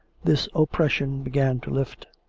this oppression began to lift.